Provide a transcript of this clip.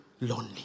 lonely